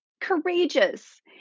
courageous